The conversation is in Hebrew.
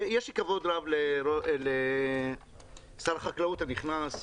ויש לי כבוד רב לשר החקלאות הנכס,